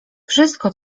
wszystko